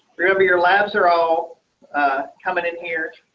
remember your labs are all coming in here.